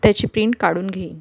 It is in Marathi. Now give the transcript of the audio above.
त्याची प्रिंट काढून घेईन